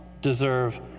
deserve